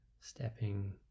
stepping